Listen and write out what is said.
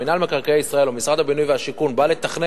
מינהל מקרקעי ישראל או משרד הבינוי והשיכון בא לתכנן